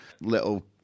little